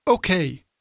Okay